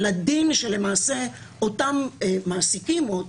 אני לא רוצה בכלל לדבר על הדין שאותם מעסיקים ואותם